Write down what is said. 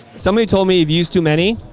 somebody told me you've used too many.